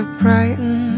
brighten